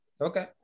Okay